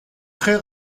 très